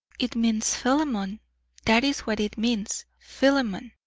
it means philemon that is what it means philemon.